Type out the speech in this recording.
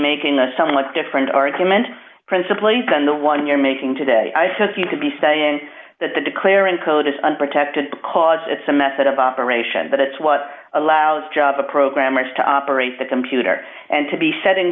making a somewhat different argument principally send the one you're making today i took you to be saying that the declare in code is unprotected because it's a method of operation but it's what allows java programmers to operate the computer and to be setting